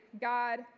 God